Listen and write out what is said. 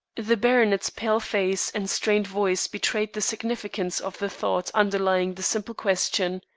the baronet's pale face and strained voice betrayed the significance of the thought underlying the simple question.